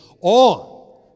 on